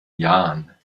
jahren